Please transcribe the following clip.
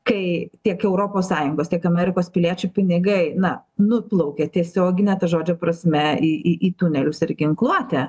kai tiek europos sąjungos tiek amerikos piliečių pinigai na nuplaukė tiesiogine to žodžio prasme į į į tunelius ir ginkluotę